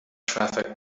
traffic